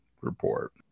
report